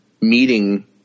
meeting